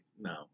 no